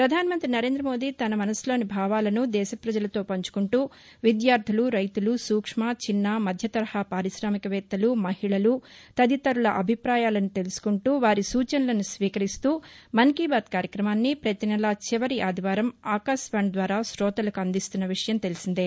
ప్రధాన మంత్రి నరేంద్ర మోదీ తన మనసులోని భావాలను దేశ పజలతో పంచుకుంటూ విద్యార్దలు రైతులు సూక్ష్మ చిన్న మధ్యతరహా పార్కాశామికవేత్తలు మహిళలు తదితరుల అభిపాయాలను తెలుసుకుంటూ వారి సూచనలను స్వీకరిస్తూ మన్ కీ బాత్ కార్యక్రమాన్ని పతినెలా చివరి ఆదివారం ఆకాశవాణి ద్వారా శోతలకు అందిస్తున్న విషయం తెల్సిందే